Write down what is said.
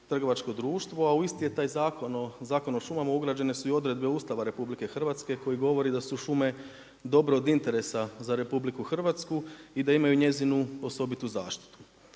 trgovačko društvo a u isti je taj zakon u Zakon o šumama ugrađene su i odredbe Ustava RH koji govori da su šume dobro od interesa za RH i da imaju njezinu osobitu zaštitu.